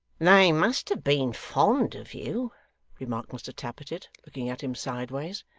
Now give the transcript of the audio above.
they must have been fond of you remarked mr tappertit, looking at him sideways.